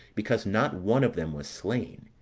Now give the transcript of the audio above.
because not one of them was slain,